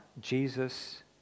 Jesus